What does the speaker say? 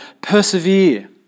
persevere